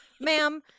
ma'am